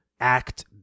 act